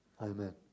Amen